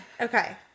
Okay